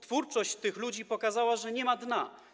Twórczość tych ludzi pokazała, że nie ma dna.